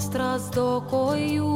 strazdo kojų